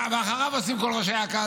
ואחריו עושים כל ראשי אכ"א,